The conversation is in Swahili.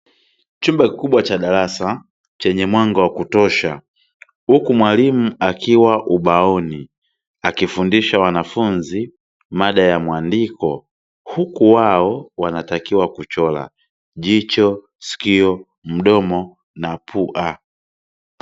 Chumba kikubwa cha darasa chenye mwanga wa kutosha huku mwalimu akiwa ubaoni akifundisha wanafunzi mada ya mwandiko huku wao wanatakiwa kuchora jicho, sikio, mdomo na pua.